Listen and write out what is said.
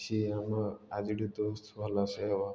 ସିଏ ଆମ ଆଜିଠୁ ହେବ